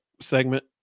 segment